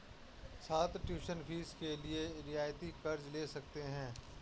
छात्र tuition fees के लिए रियायती कर्ज़ ले सकते हैं